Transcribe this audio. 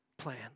plan